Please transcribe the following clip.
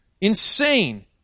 insane